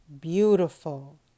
beautiful